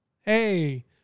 hey